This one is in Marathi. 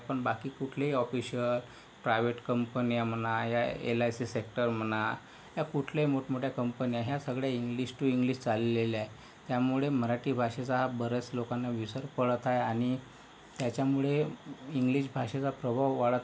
पण बाकी कुठलेही ऑफिशियल प्रायव्हेट कंपन्या म्हणा या एल आय सी सेक्टर म्हणा या कुठल्याही मोठमोठ्या कंपन्या ह्या सगळ्या इंग्लिश टू इंग्लिश चाललेलं आहे त्यामुळे मराठी भाषेचा बऱ्याच लोकांना विसर पडत आहे आणि त्याच्यामुळे इंग्लिश भाषेचा प्रभाव वाढत आहे